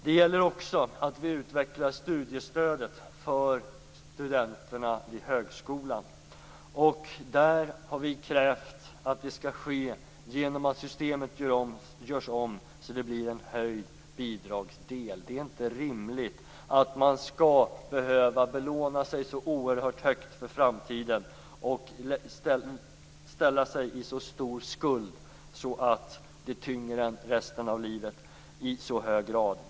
Det gäller också att vi utvecklar studiestödet för studenterna i högskolan. Där har vi i Centerpartiet krävt att det skall ske genom att systemet görs om så att blir en höjd bidragsdel. Det är inte rimligt att man skall behöva belåna sig så oerhört högt för framtiden och ställa sig i så stor skuld att det tynger en för resten av livet i så hög grad.